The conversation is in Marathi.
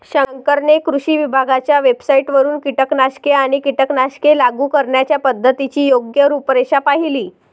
शंकरने कृषी विभागाच्या वेबसाइटवरून कीटकनाशके आणि कीटकनाशके लागू करण्याच्या पद्धतीची योग्य रूपरेषा पाहिली